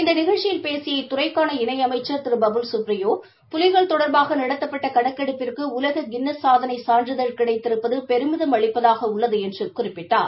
இந்த நிகழ்ச்சியில் பேசிய இத்துறைக்கான இணை அமைச்சர் திரு பபுல் சுப்ரியோ புலிகள் தொடர்பாக நடத்தப்பட்ட கணக்கெடுப்பிற்கு உலக கின்னஸ் சாதனை சான்றிதழ் கிடைத்திருப்பது பெருமிதம் அளிப்பதாக உள்ளது என்று குறிப்பிட்டார்